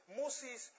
moses